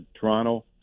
Toronto